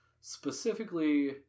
specifically